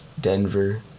Denver